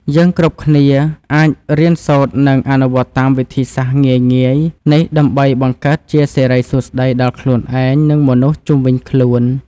យើងគ្រប់គ្នាអាចរៀនសូត្រនិងអនុវត្តតាមវិធីសាស្ត្រងាយៗនេះដើម្បីបង្កើតជាសិរីសួស្តីដល់ខ្លួនឯងនិងមនុស្សជុំវិញខ្លួន។